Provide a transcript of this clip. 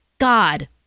God